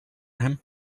him